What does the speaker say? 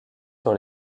sur